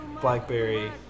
blackberry